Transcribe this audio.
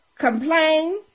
complain